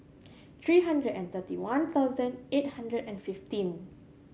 three hundred and thirty one thousand eight hundred and fifteen